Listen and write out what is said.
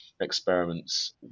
experiments